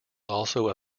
also